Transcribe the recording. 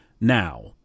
Now